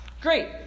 Great